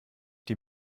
die